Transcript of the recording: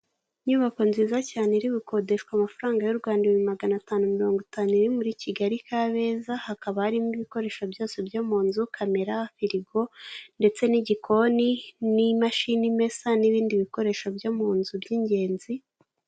Inyubako nziza cyane iri gukodeshwa amafaranga y'u rwanda ibihumbi magana atanu mirongo itanu biri muri Kigali kabeza, hakaba harimo ibikoresho byose byo mu nzu, kamera firigo, ndetse n'igikoni, n'imashini imesa n'ibindi bikoresho byo mu nzu by'ingenzi.